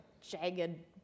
jagged